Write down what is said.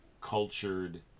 cultured